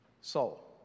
soul